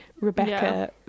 rebecca